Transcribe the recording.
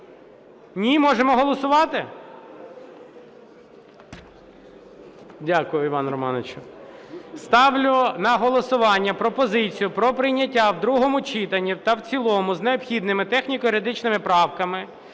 Ні? Можемо голосувати? Дякую, Іване Романовичу. Ставлю на голосування пропозицію про прийняття в другому читанні та в цілому з необхідними техніко-юридичними правками